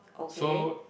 okay